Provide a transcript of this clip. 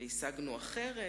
והשגנו אחרת.